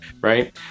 right